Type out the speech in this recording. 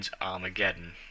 Armageddon